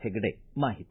ಹೆಗಡೆ ಮಾಹಿತಿ